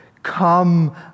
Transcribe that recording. Come